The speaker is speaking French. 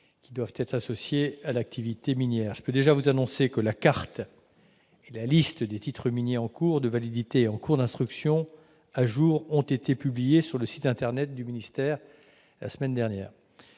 informations associées à l'activité minière. Je peux déjà vous annoncer que la carte et la liste des titres miniers en cours de validité et en cours d'instruction ont été publiées, mises à jour, sur le site internet du ministère la semaine dernière.